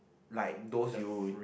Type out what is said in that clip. like those you